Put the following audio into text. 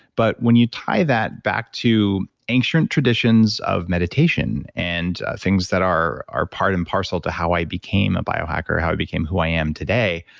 but when you tie that back to ancient traditions of meditation and things that are are part and parcel to how i became a biohacker, how i became who i am today,